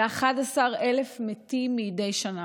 ו-11,000 מתים מדי שנה.